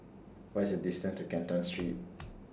What IS The distance to Canton Street